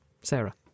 Sarah